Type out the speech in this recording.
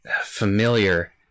familiar